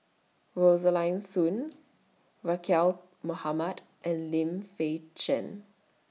Rosaline Soon Mohamad and Lim Fei Shen